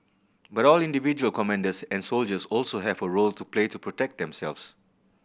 but all individual commanders and soldiers also have a role to play to protect themselves